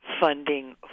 funding